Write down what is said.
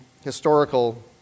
historical